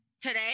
today